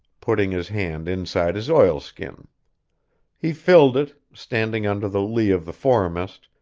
putting his hand inside his oilskin he filled it, standing under the lee of the foremast,